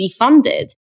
defunded